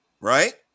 right